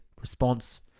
response